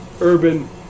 urban